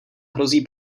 hrozí